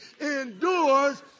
endures